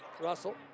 Russell